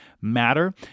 matter